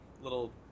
little